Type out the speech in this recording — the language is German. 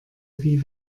wie